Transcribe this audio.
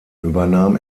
übernahm